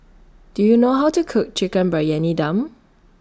Do YOU know How to Cook Chicken Briyani Dum